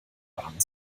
warnen